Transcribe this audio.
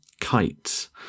kites